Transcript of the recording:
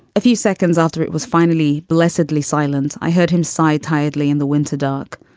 a few seconds after it was finally blessedly silent. i heard him sigh tightly in the winter dark.